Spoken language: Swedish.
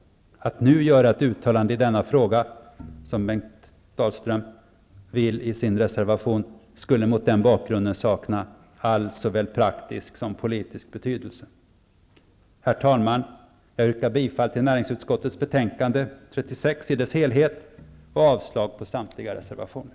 Att nu göra ett uttalande i denna fråga, som Bengt Dalström vill i sin reservation, skulle mot den bakgrunden sakna all praktisk och politisk betydelse. Herr talman! Jag yrkar bifall till näringsutskottets hemställan i betänkande 36 i dess helhet och avslag på samtliga reservationer.